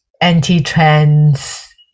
anti-trans